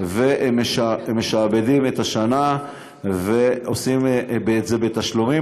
הם משעבדים את השנה ועושים את זה בתשלומים,